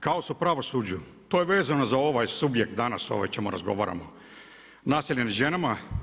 Kaos u pravosuđu, to je vezano za ovaj subjekt danas, ovaj o čemu razgovaramo, nasiljem nad ženama.